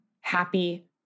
happy